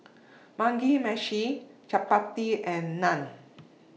Mugi Meshi Chapati and Naan